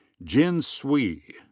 jin so cui.